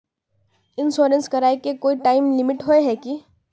Insurance कराए के कोई टाइम लिमिट होय है की?